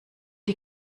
die